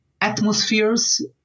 atmospheres